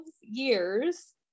years